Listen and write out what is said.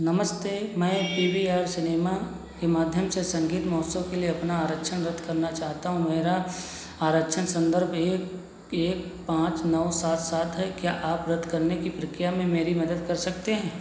नमस्ते मैं P V R cinema के माध्यम से संगीत महोत्सव के लिए अपना आरक्षण रद्द करना चाहता हूँ मेरा आरक्षण संदर्भ एक एक पाँच नौ सात सात है क्या आप रद्द करने की प्रक्रिया में मेरी मदद कर सकते हैं